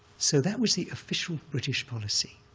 so that was the official british policy.